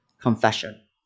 confession